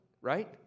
right